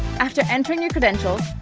after entering your credentials,